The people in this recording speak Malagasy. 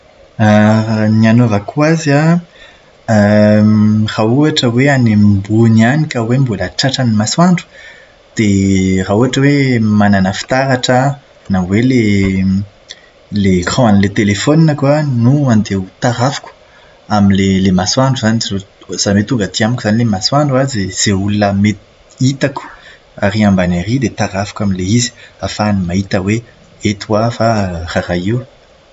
Ny hanaovako azy an, raha ohatra hoe any ambony any ka hoe mbola tratran'ny masoandro, dia raha ohatra hoe manana fitaratra aho, na hoe ilay écran an'ilay telefaoniko an no andeha hotarafiko amin'ilay ilay masoandro. Izany hoe tonga aty amiko izany ilay masoandro an, izay olona mety hitako ary ambany ary dia tarafiko amin'ilay izy ahafahany mahita hoe eto aho fa raharahio.